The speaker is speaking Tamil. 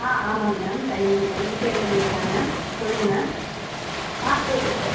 ஆ ஆமாம்ங்க மேம் கனிமொழி தான் இ சேவை மையம்தான் மேம் சொல்லுங்கள் மேம் பாஸ்போர்ட்டுக்கு